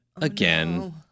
again